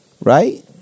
Right